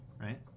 right